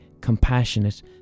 compassionate